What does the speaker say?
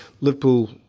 Liverpool